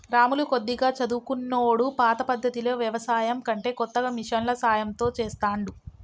రాములు కొద్దిగా చదువుకున్నోడు పాత పద్దతిలో వ్యవసాయం కంటే కొత్తగా మిషన్ల సాయం తో చెస్తాండు